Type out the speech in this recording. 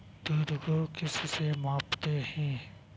दूध को किस से मापते हैं?